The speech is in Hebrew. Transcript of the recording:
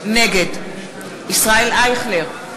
נגד ישראל אייכלר,